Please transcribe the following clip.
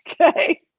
Okay